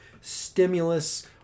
Stimulus